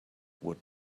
would